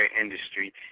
industry